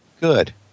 Good